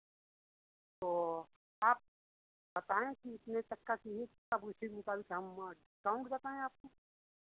तो आप बताएँ कि इतने तक का चहिए तब उसी मुताबिक हम डिस्काउंट बताएँ आपको